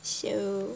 so